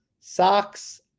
Socks